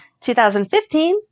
2015